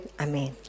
Amen